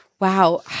wow